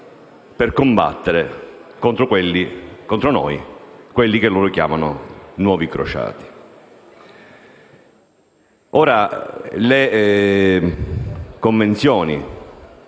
per combattere contro di noi, contro quelli che loro chiamano i nuovi crociati.